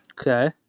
Okay